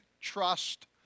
trust